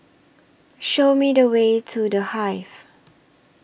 Show Me The Way to The Hive